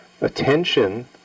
Attention